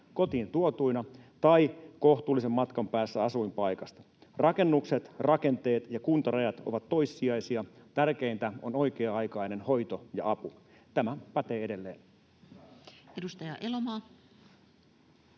kotiin tuotuina tai kohtuullisen matkan päässä asuinpaikasta. Rakennukset, rakenteet ja kuntarajat ovat toissijaisia. Tärkeintä on oikea-aikainen hoito ja apu. Tämä pätee edelleen. Edustaja Elomaa.